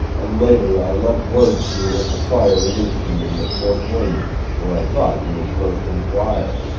and later i left word for you with the fire relief committee at fort william, where i thought you would first enquire.